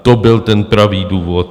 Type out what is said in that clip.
To byl ten pravý důvod.